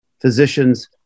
physicians